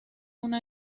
una